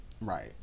right